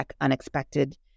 unexpected